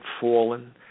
fallen